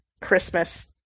Christmas